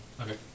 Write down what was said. Okay